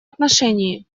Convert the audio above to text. отношении